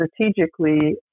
strategically